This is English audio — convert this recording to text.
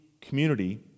community